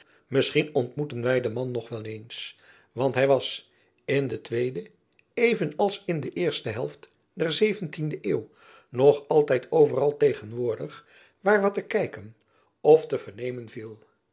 misschien ontmoeten wy den man nog wel eens want hy was in de tweede even als in de eerste jacob van lennep elizabeth musch helft der zeventiende eeuw nog altijd overal tegenwoordig waar wat te kijken of te vernemen viel